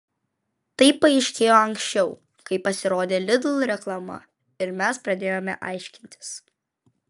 tai paaiškėjo anksčiau kai pasirodė lidl reklama ir mes pradėjome aiškintis